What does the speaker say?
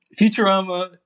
Futurama